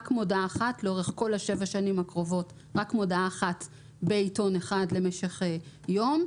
לאורך כל שבע השנים הקרובות רק מודעה אחת בעיתון אחד למשך יום,